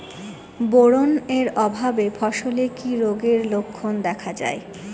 Boron এর অভাবে ফসলে কি রোগের লক্ষণ দেখা যায়?